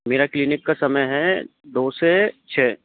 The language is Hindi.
मेरा क्लीनिक का समय है दो से छः